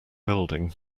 building